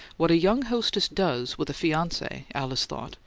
what a young hostess does with a fiance, alice thought,